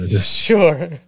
Sure